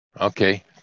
Okay